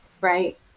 right